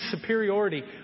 superiority